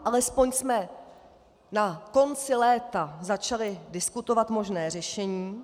Alespoň jsme na konci léta začali diskutovat možné řešení.